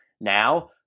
Now